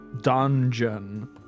dungeon